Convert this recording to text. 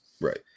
Right